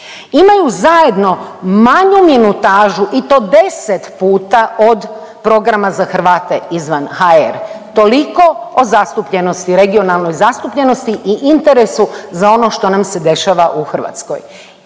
imaju zajedno manju minutažu i to 10 puta i to od programa za Hrvate izvan HR. Toliko o zastupljenosti regionalnoj zastupljenosti i interesu za ono što nam se dešava u Hrvatskoj.